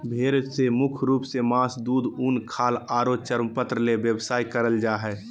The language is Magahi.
भेड़ से मुख्य रूप से मास, दूध, उन, खाल आरो चर्मपत्र ले व्यवसाय करल जा हई